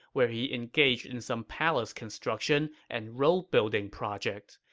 where he engaged in some palace construction and road-building projects,